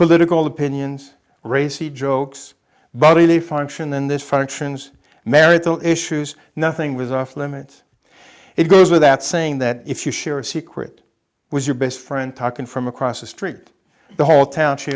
political opinions racy jokes but a function in this functions marital issues nothing was off limits it goes without saying that if you share a secret with your best friend talking from across the street the whole town